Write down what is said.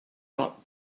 not